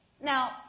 Now